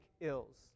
ills